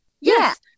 Yes